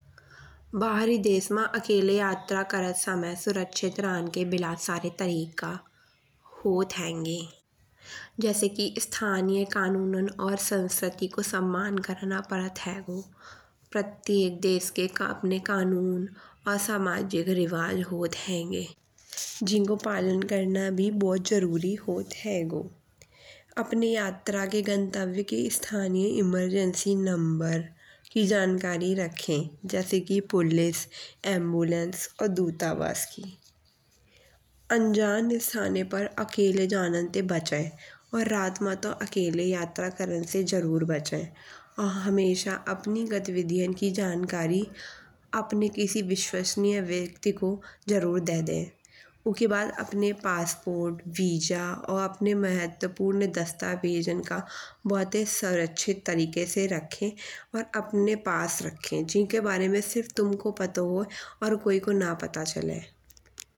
बाहरी देश मा अकेले यात्रा करत समय सुरक्षित रहन के विलायत सरे तरीका होत हेंगे। जैसे कि स्थानिए कानूनन और संस्क्रति को सम्मान करना पडत हेगो। प्रत्येक देहस के अपने कानून असामाजिक रिवाज होत हेंगे। जिनको पालन करना भी भोत जरूरी होत हेगो। अपनी यात्रा के गंतव्य के स्थानिए इमरजेंसी नंबर की जानकारी रखें। जैसे कि पुलिस एम्बुलेंस और दूतावास की। अंजान स्थानन ते अकेले जानन ते बचे। और रात मा अकेले यात्रा करन ते जरूर बचे। और हमेशा अपनी गतिविधियन की जानकारी अपने किसी विश्वासनीय व्यक्ति को देदे। उके बाद अपने पासपोर्ट वीजा और अपने महत्वपूर्ण दस्तावेज़न का भोतायी सुरक्षित तरीके से रखें। और अपने पास रखें जिके बारे में सिर्फ तुमको पतो होए और कोई को पतो ना चले।